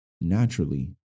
Naturally